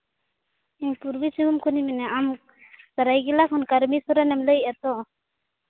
ᱤᱧ ᱯᱩᱨᱵᱤ ᱥᱤᱝᱵᱷᱩᱢ ᱠᱷᱚᱱᱤᱧ ᱢᱮᱱᱮᱫᱼᱟ ᱟᱢ ᱥᱚᱨᱟᱭᱠᱮᱞᱟ ᱠᱷᱚᱱ ᱠᱟᱨᱢᱤ ᱥᱚᱨᱮᱱᱮᱢ ᱞᱟᱹᱭᱮᱫᱼᱟ ᱛᱚ